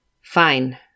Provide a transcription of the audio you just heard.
Fine